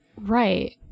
Right